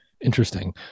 Interesting